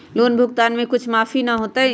Loan भुगतान में कुछ माफी न होतई?